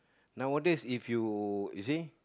nowadays if you you see